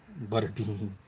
Butterbean